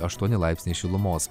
aštuoni laipsniai šilumos